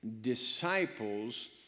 disciples